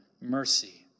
mercy